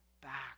back